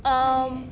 um